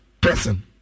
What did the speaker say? person